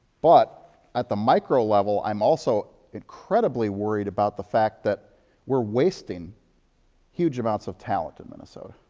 but at the micro-level, i'm also incredibly worried about the fact that we're wasting huge amounts of talent in minnesota.